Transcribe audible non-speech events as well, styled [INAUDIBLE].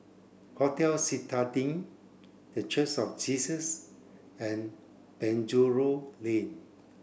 Hotel Citadine The [UNINTELLIGIBLE] of Jesus and Penjuru Lane